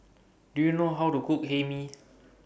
Do YOU know How to Cook Hae Mee